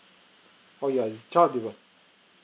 oh yeah child development